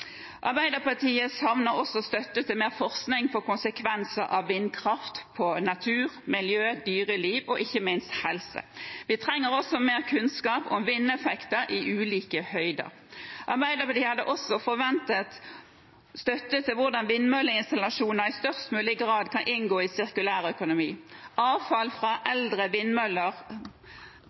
Arbeiderpartiet savner også støtte til mer forskning på konsekvenser av vindkraft på natur, miljø, dyreliv og ikke minst helse. Vi trenger også mer kunnskap om vindeffekter i ulike høyder. Arbeiderpartiet hadde også forventet støtte til hvordan vindmølleinstallasjoner i størst mulig grad kan inngå i sirkulær økonomi. Avfall fra eldre vindmøller